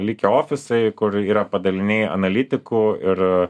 likę ofisai kur yra padaliniai analitikų ir